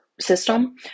system